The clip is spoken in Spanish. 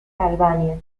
albania